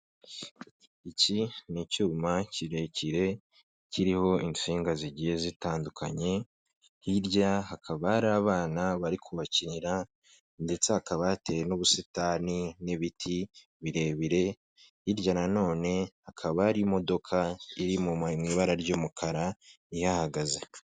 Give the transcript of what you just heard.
Iki ni icyuma kirekire kiriho insinga zigiye zitandukanye, hirya hakaba hari abana bari kubakinira ndetse hakaba hateye n'ubusitani n'ibiti birebire, hirya nanone hakaba hari imodoka iri mu ibara ry'umukara ihahagaze.